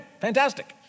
fantastic